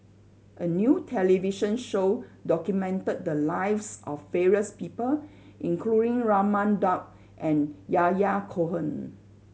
a new television show documented the lives of various people including Raman Daud and Yahya Cohen